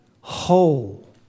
whole